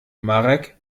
marek